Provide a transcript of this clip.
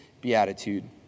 Beatitude